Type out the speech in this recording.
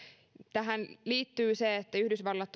tähän liittyy se että yhdysvallat